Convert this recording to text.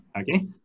Okay